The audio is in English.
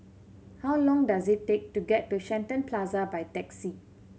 how long does it take to get to Shenton Plaza by taxi